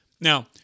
Now